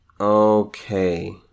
Okay